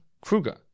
Kruger